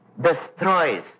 destroys